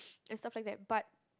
and stuff like that but